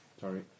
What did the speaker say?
Sorry